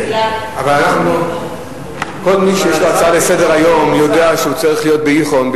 כל מי שיש לו הצעה לסדר-היום יודע שהוא צריך להיות בהיכון,